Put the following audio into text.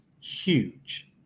huge